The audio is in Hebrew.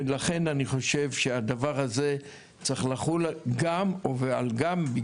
ולכן אני חושב שהדבר הזה צריך לחול גם בגלל